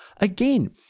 Again